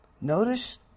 Notice